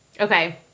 Okay